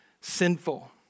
sinful